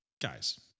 guys